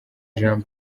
jean